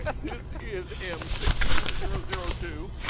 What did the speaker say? this is m six to zero zero two.